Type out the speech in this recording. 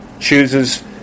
chooses